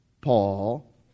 Paul